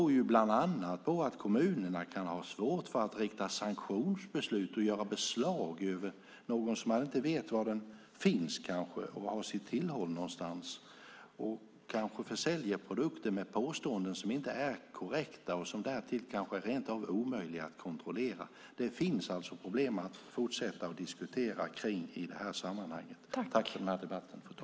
Det beror bland annat på att kommunerna kan ha svårt att rikta sanktionsbeslut mot och göra beslag hos någon när man inte vet var vederbörande har sitt tillhåll, som kanske säljer produkter med påståenden som inte är korrekta och som därmed alltså kan vara omöjlig att kontrollera. Det finns således problem i detta sammanhang som vi behöver fortsätta att diskutera.